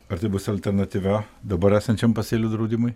ar tai bus alternatyva dabar esančiam pasėlių draudimui